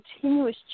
continuous